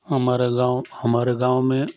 हमारे गाँव हमारे गाँव में